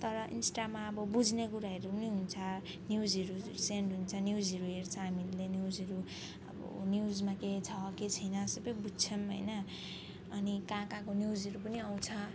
तर इन्स्टामा अब बुझ्ने कुराहरू पनि हुन्छ न्युजहरू सेन्ड हुन्छ न्युजहरू हेर्छौँ हामीले न्युजहरू अब न्युजमा के छ के छैन सबै बुझ्छौँ होइन अनि कहाँ कहाँको न्युजहरू पनि आउँछ